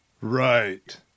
Right